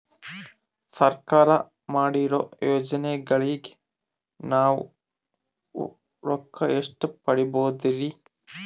ಸರ್ಕಾರ ಮಾಡಿರೋ ಯೋಜನೆಗಳಿಗೆ ನಾವು ರೊಕ್ಕ ಎಷ್ಟು ಪಡೀಬಹುದುರಿ?